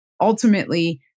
ultimately